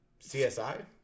CSI